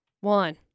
one